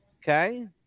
Okay